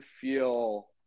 feel